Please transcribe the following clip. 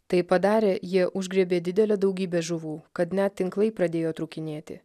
tai padarę jie užgriebė didelę daugybę žuvų kad net tinklai pradėjo trūkinėti